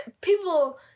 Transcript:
people